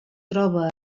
troba